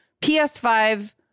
PS5